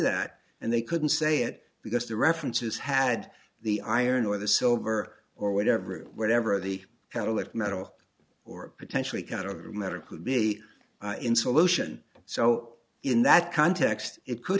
that and they couldn't say it because the references had the iron or the silver or whatever whatever the well at merrill or potentially kind of american be in solution so in that context it could